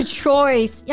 choice